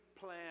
Plan